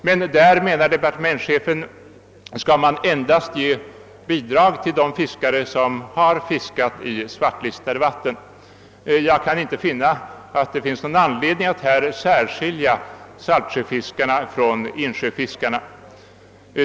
Men där, menar departementschefen, bör man endast ge bidrag till de fiskare som fiskar i svartlistade vatten. Jag kan inte se att det finns någon anledning att här särskilja saltsjöfiskare och insjöfiskare.